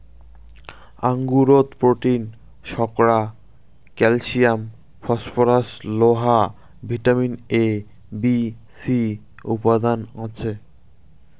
আঙুরত protein, শর্করা, calcium, phosphorus, লোহা, vitamin A, B, C উপাদান আছে